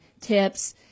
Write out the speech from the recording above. tips